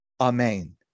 Amen